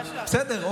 בסדר,